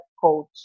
coach